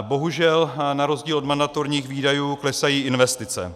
Bohužel na rozdíl od mandatorních výdajů klesají investice.